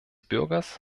bürgers